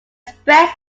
spreads